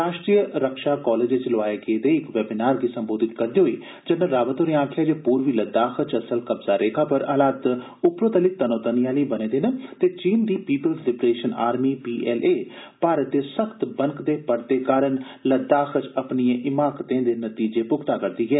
राश्ट्रीय रक्षा कालेज च लोआए गेदे इक वैबीनार गी संबोधत करदे होई जनरल रावत होरें आक्खेआ जे पूर्वी लद्दाख च असल कब्जा रेखा पर हालात उपरोतली तनोतनी आले बने दे न ते चीन दे people's liberation army PLA Bharat दे सख्त बनकदे परते कारण लद्दाख च अपनिएं हिमाकतें दे नतीजे भुगता करदी ऐ